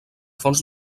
fonts